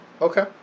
okay